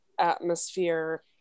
atmosphere